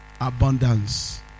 abundance